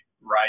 right